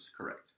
correct